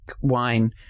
wine